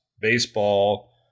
baseball